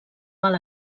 mal